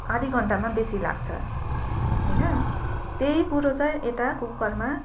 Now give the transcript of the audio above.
आधी घन्टामा बेसी लाग्छ होइन त्यही कुरो चाहिँ यता कुकरमा